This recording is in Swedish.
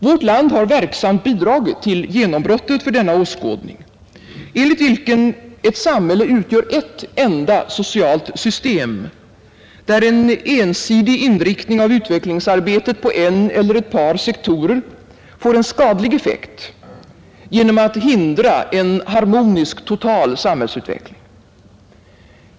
Vårt land har verksamt bidragit till genombrottet för denna åskådning, enligt vilken ett samhälle utgör ett enda socialt system, där en ensidig inriktning av utvecklingsarbetet på en eller ett par sektorer får en skadlig effekt, genom att hindra en harmonisk total samhällsutveckling.